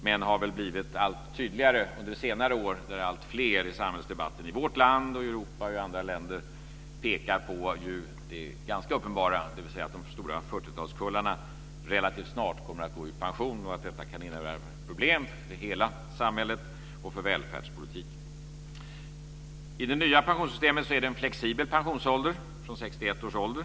Men det har väl blivit allt tydligare under senare år då alltfler i samhällsdebatten i vårt land, i Europa och i andra länder pekat på det ganska uppenbara, dvs. att de stora 40-talskullarna relativt snart kommer att gå i pension och att detta kan innebära problem för hela samhället och för välfärdspolitiken. I det nya pensionssystemet är det en flexibel pensionsålder från 61 års ålder.